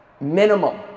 minimum